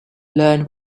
learn